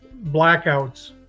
blackouts